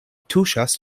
tuŝas